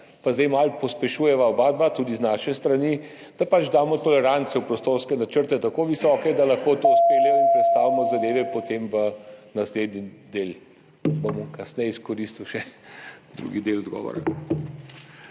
pa zdaj malo pospešujeva oba, tudi z naše strani, da pač damo tolerance v prostorske načrte, tako visoke, da lahko to speljejo in prestavimo zadeve potem v naslednji del. Bom kasneje izkoristil še za drugi del odgovora.